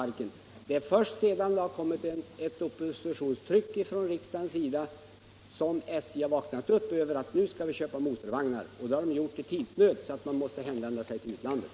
Det är först sedan det har kommit ett opinionstryck från riksdagen som SJ har vaknat upp och sagt sig, att nu skall det köpas motorvagnar. Och det har skett under tidsnöd, så att man måst hänvända sig till utlandet.